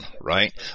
right